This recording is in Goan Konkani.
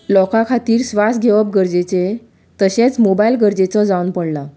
लोकां खातीर स्वास घेवप गरजेचें तशेच मोबायल गरजेचो जावन पडला